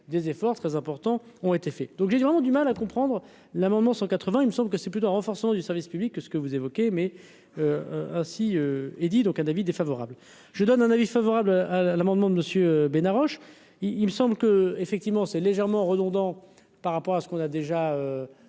des efforts très importants ont été faits, donc j'ai vraiment du mal à comprendre. L'amendement 180 il me semble que c'est plutôt un renforcement du service public que ce que vous évoquez mais ainsi et dis donc un avis défavorable je donne un avis favorable à l'amendement de monsieur Bena Roche, il me semble que, effectivement, c'est légèrement redondant par rapport à ce qu'on a déjà